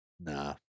nah